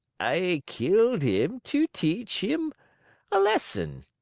i killed him to teach him a lesson.